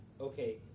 Okay